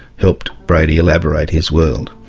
helped brady elaborate his world.